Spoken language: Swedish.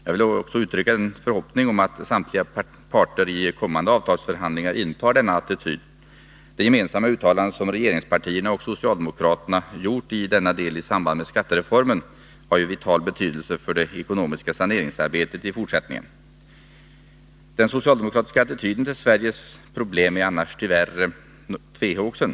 Jag vill också uttrycka en förhoppning om att samtliga parter i kommande avtalsförhandlingar intar denna attityd. Det gemensamma uttalande som regeringspartierna och socialdemokraterna har gjort i denna del i samband med skattereformen har vital betydelse för det ekonomiska saneringsarbetet i fortsättningen. Den socialdemokratiska attityden till Sveriges problem är annars tyvärr tvehågsen.